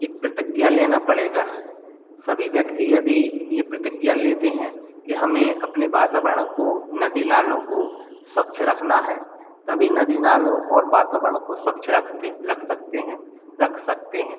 एक प्रतिज्ञा लेना पड़ेगा सभी व्यक्ति यदि यह प्रतिज्ञा लेते हैं कि हमें अपने वातावरण को नदी नालों को स्वच्छ रखना है तभी नदी नालों ओर बातावरण को स्वच्छ रखते रख सकते हैं रख सकते हैं